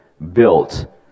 built